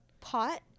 pot